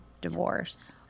divorce